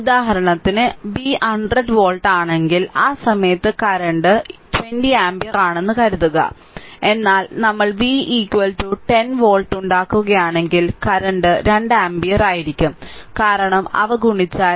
ഉദാഹരണത്തിന് v 100 volt ആണെങ്കിൽ ആ സമയത്ത് കറന്റ് 20 ആമ്പിയർ ആണെന്ന് കരുതുക എന്നാൽ നമ്മൾ v 10 വോൾട്ട് ഉണ്ടാക്കുകയാണെങ്കിൽ കറന്റ് 2 ആമ്പിയർ ആയിരിക്കും കാരണം അവ ഗുണിച്ചാൽ k 0